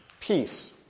Peace